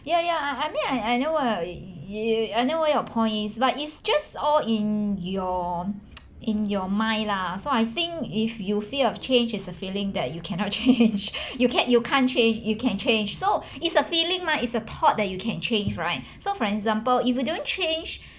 ya ya I I mean I I know uh I know where your points is but it's just all in your in your mind lah so I think if you fear of change is a feeling that you cannot change you can you can't change you can change so it's a feeling mah is a thought that you can change right so for example if you don't change